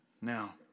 Now